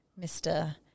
Mr